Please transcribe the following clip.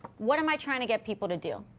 what am i trying to get people to do?